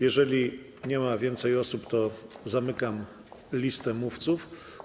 Jeżeli nie ma więcej osób, zamykam listę mówców.